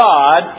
God